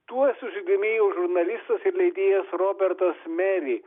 tuo susidomėjo žurnalistas ir leidėjas robertas meri